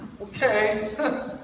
okay